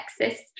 Texas